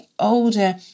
older